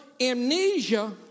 amnesia